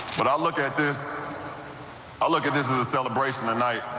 but i look at this i look at this as a celebration tonight.